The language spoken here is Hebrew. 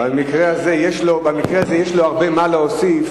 במקרה הזה יש לו הרבה מה להוסיף,